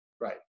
Right